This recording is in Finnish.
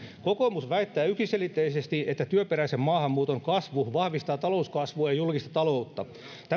kokoomus väittää yksiselitteisesti että työperäisen maahanmuuton kasvu vahvistaa talouskasvua ja julkista taloutta